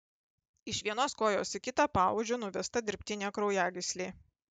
iš vienos kojos į kitą paodžiu nuvesta dirbtinė kraujagyslė